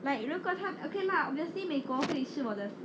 like 如果他 okay lah obviously 美国会是我的